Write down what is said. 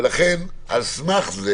על סמך זה